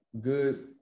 good